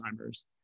Alzheimer's